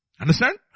Understand